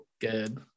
good